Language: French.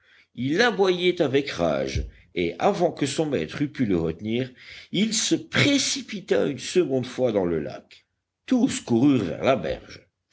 il aboyait avec rage et avant que son maître eût pu le retenir il se précipita une seconde fois dans le lac tous coururent vers la berge